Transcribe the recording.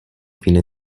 fine